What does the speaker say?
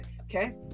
Okay